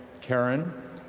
Karen